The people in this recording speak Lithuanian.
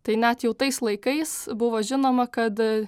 tai net jau tais laikais buvo žinoma kad